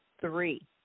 three